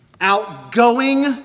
outgoing